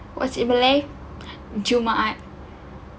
what you like jumaat